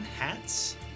hats